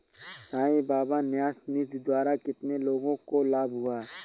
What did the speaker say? साई बाबा न्यास निधि द्वारा कितने लोगों को लाभ हुआ?